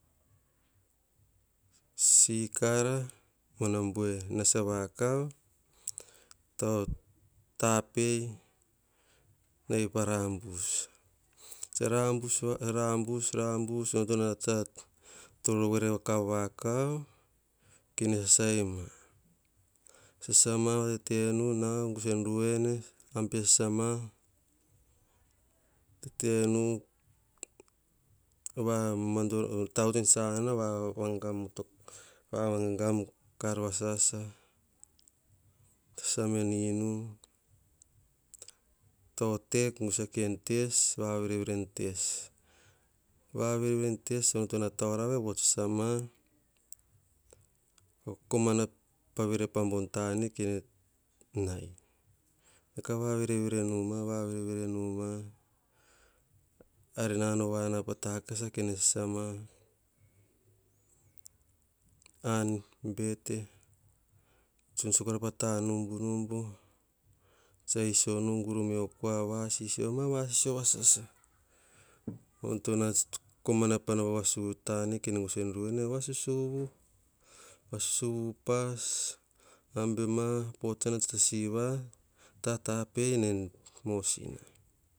Sikara, mana bue nasa vakav, tau a tapei nai pa rambus tsa rambus, tsa rambus, rambus onoto na toro were kav vakav, kene sasai ma. Sasa ma tete nu nau gusa en ruwene, sasama tete na, tavuts en sasana va vagam kar va sasa, sasa me en inu ta otek gusa ki en tes, vavere en tes. Va verevere en tes onoto na taurave, vots sasama, kokomana pa vere pa bon tane ke ne nai ka vavere vere noma, va vere vere nu ma, ari na nau na pa takasa kene sasama, an, bete, tsun sa kora pa tanumbu numbu, tsa iso nu, gur me okua, va sisio ma va sisio va sasa, onoto na komana pa vasuvu tane kene gusa en ruwene va susuvu. Va susuvu upas, ambe ma, potana tsa siva, ta tapei nai en mosina.